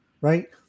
Right